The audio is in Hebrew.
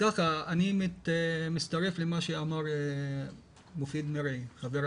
אני מצטרף למה שאמר חבר הכנסת מופיד מרעי.